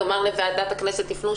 לומר לוועדת הכנסת לפנות שוב,